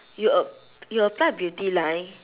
you a~ you applied beauty line